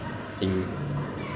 可是你 after 那个